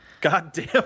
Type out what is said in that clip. goddamn